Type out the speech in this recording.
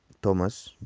thomas.